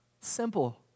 simple